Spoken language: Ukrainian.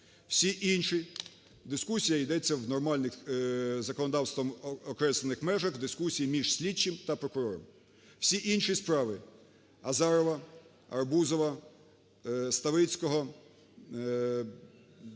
Всі інші справи: Азарова, Арбузова, Ставицького, Курченка,